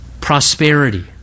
prosperity